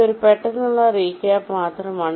ഇത് ഒരു പെട്ടെന്നുള്ള റീക്യാപ്പ് മാത്രമാണ്